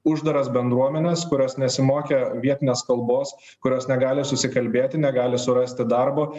uždaras bendruomenes kurios nesimokė vietinės kalbos kurios negali susikalbėti negali surasti darbo